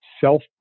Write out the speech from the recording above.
self